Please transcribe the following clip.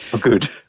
Good